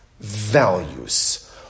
values